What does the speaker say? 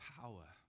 power